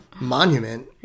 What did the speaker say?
monument